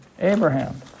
Abraham